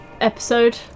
episode